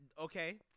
okay